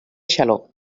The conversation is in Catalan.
xaló